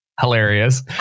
hilarious